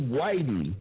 Whitey